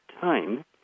time